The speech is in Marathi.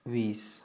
वीस